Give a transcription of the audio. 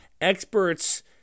experts